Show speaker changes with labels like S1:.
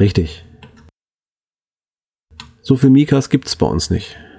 S1: Richtig. So viel Mikas gibt's bei uns nicht.